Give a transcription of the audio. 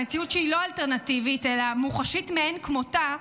המציאות שהיא לא אלטרנטיבית אלא מוחשית מאין כמותה,